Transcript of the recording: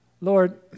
Lord